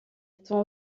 étant